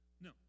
No